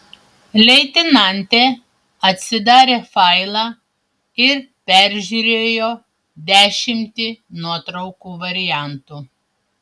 leitenantė atsidarė failą ir peržiūrėjo dešimtį nuotraukų variantų